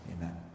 Amen